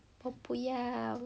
我不要